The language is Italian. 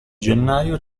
gennaio